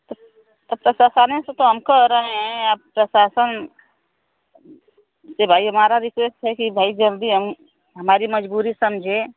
तब से तो हम कह रहे हैं आप प्रशासन की भाई हमारा रीक्वेस्ट है कि भाई जल्दी हम हमारी मजबूरी समझे